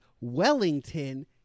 Wellington